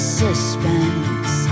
suspense